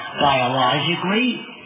biologically